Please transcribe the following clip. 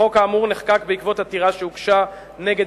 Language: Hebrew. החוק האמור נחקק בעקבות עתירה שהוגשה נגד